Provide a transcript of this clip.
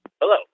Hello